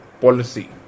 policy